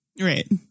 Right